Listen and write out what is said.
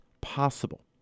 possible